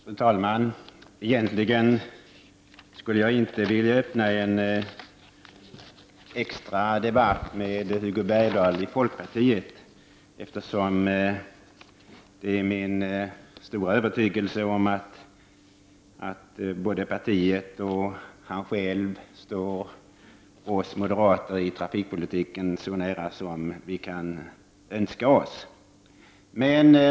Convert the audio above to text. Fru talman! Egentligen skulle jag inte vilja öppna en extradebatt med Hugo Bergdahl i folkpartiet, eftersom det är min övertygelse att både partiet och han själv när det gäller trafikpolitiken står oss moderater så nära som vi kan önska oss.